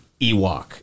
Ewok